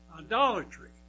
idolatry